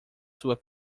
sua